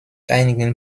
einigen